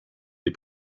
des